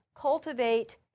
cultivate